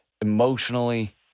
emotionally